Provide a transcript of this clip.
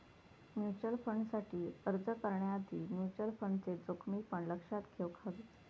mutual फंडसाठी अर्ज करण्याआधी म्युचल फंडचे जोखमी पण लक्षात घेउक हवे